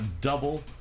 double